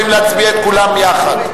האם להצביע על כולן יחד?